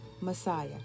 Messiah